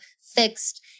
fixed